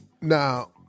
Now